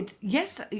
Yes